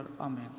Amen